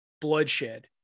bloodshed